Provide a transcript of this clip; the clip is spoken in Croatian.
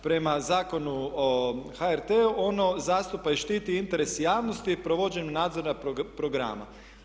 Prema Zakonu o HRT-u ono zastupa i štiti interes javnosti provođenjem nadzora programa.